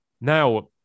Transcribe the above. Now